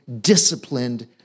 disciplined